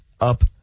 up